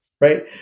right